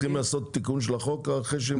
וצריכים לעשות תיקון של החוק אחרי?